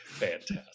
Fantastic